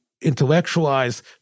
intellectualize